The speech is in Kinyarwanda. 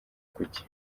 kuki